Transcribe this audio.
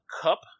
cup